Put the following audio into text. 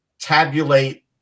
tabulate